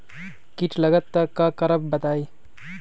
कीट लगत त क करब बताई?